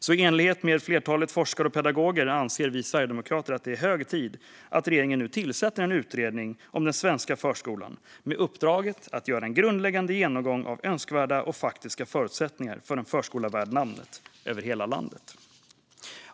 I enlighet med flertalet forskare och pedagoger anser vi sverigedemokrater att det är hög tid att regeringen tillsätter en utredning om den svenska förskolan med uppdraget att göra en grundläggande genomgång av önskvärda och faktiska förutsättningar för en förskola värd namnet över hela landet.